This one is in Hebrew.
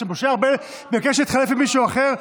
כמו שאתם מבקשים להעביר אחד קדימה,